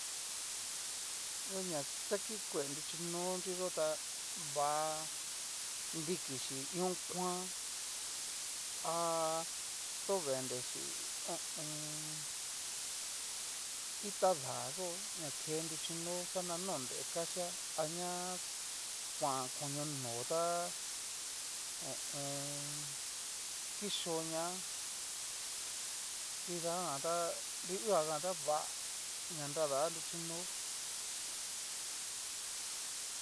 Iña ta kitue nruchikonriyó tá vá'a, riki xhi ion kuan, a to venre xhí ho o on. itá da'a yó ña ke nruchinó xa na nakonre kaxia, aña sss kuan koño no tá ho o on. kixo ñá nridajan tá nru uu'a jan ta va na nradá nruchinó.